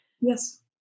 Yes